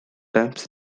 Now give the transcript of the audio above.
times